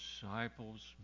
disciples